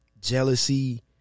Jealousy